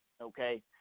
Okay